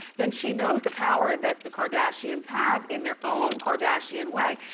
then she knows the power that the kardashians have in their own kardashian way.